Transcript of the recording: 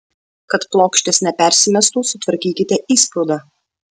kad plokštės nepersimestų sutvarkykite įsprūdą